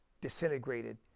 disintegrated